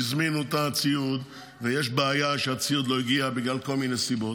הזמינו את הציוד ויש בעיה שהציוד הגיע בגלל כל מיני סיבות,